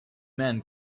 man